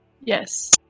Yes